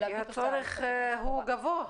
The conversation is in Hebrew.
כי הצורך הוא גבוה.